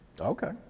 Okay